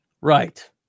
Right